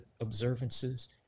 observances